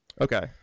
Okay